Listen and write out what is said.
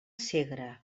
segre